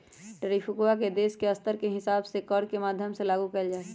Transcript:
ट्रैफिकवा के देश के स्तर के हिसाब से कर के माध्यम से लागू कइल जाहई